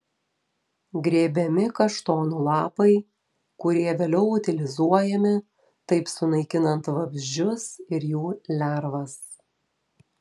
grėbiami kaštonų lapai kurie vėliau utilizuojami taip sunaikinant vabzdžius ir jų lervas